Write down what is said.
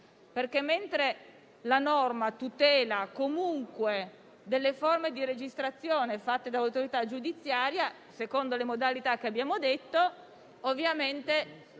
perché, mentre la norma tutela, comunque, delle forme di registrazione fatte da autorità giudiziaria secondo le modalità che abbiamo detto, c'è